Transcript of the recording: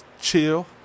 chill